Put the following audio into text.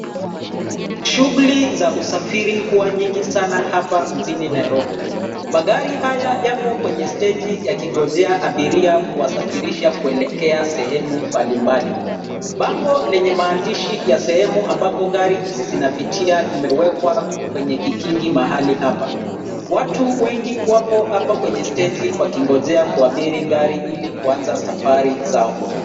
Shughuli za usafiri Huwa nyingi sana hapa mjini Nairobi. Magari haya yapo kwenye steji yakingojea abiria kuwasafirisha kuelekea sehemu mbali mbali. Bango lenye maandishi ya sehemu ambako gari hizi zinapitia, imewekwa kwenye kikingi mahali hapa. Watu wengi wapo hapa kwenye steji wakingojea kuabiri gari ili kuanza safari zao .